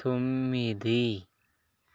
తొమ్మిది